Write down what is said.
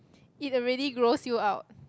eat already gross you out